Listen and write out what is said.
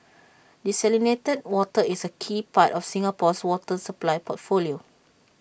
desalinated water is A key part of Singapore's water supply portfolio